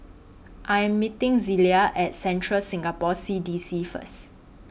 I Am meeting Zelia At Central Singapore C D C First